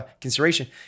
consideration